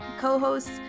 co-hosts